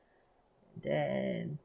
then